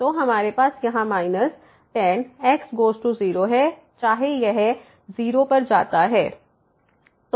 तो हमारे पास यहां माइनस 10 xx गोज़ टू 0 है चाहे यह 0 पर जाता है